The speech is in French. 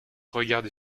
regarde